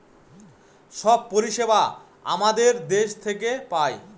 সব পরিষেবা আমাদের দেশ থেকে পায়